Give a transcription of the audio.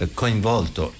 coinvolto